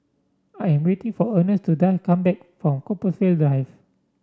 I am waiting for Earnest to come back from Compassvale Drive